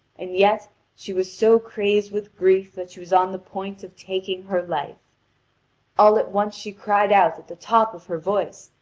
and yet she was so crazed with grief that she was on the point of taking her life all at once she cried out at the top of her voice,